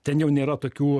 ten jau nėra tokių